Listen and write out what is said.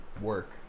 work